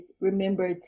remember